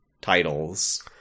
titles